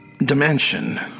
dimension